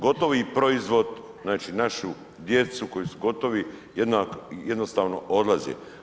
Gotovi proizvod, znači našu djecu koji su gotovo jednostavno odlaze.